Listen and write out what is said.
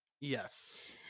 Yes